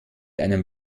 einem